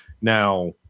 Now